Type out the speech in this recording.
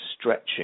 stretching